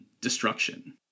destruction